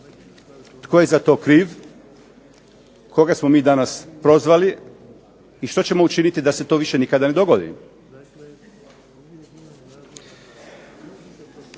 Tko je zato kriv? Koga smo mi danas prozvali? I što ćemo učiniti da se to više nikada ne dogodi?